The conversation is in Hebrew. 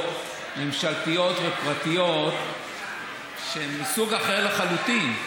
ממשלתיות ופרטיות שהן מסוג אחר לחלוטין,